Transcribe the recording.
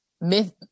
myth